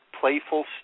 playful